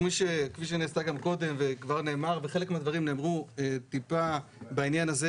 כפי שנעשתה גם קודם וחלק מהדברים נאמרו בעניין הזה